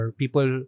people